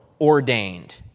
ordained